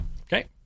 Okay